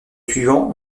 suivants